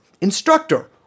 Instructor